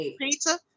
pizza